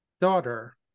daughter